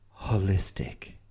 Holistic